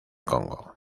congo